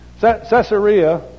Caesarea